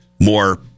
more